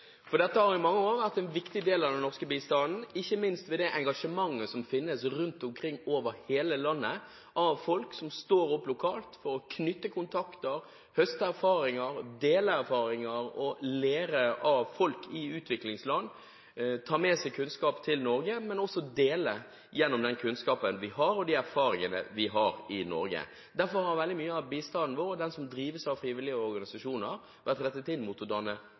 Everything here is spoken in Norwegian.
for å diskutere den delen av den norske bistanden som kanaliseres gjennom de norske frivillige organisasjoner. Dette har i mange år vært en viktig del av den norske bistanden, ikke minst ved det engasjementet som finnes rundt omkring over hele landet av folk som står opp lokalt for å knytte kontakter, høste erfaringer, dele erfaringer og lære av folk i utviklingsland, ta med seg kunnskap til Norge, men også dele gjennom den kunnskapen vi har, og de erfaringene vi har i Norge. Derfor har veldig mye av bistanden vår – og den som drives av